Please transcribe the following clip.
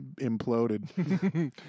imploded